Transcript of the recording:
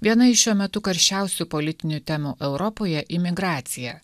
viena iš šiuo metu karščiausių politinių temų europoje imigracija